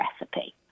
recipe